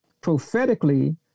prophetically